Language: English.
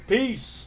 Peace